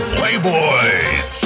Playboys